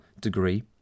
degree